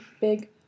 Big